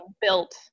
built –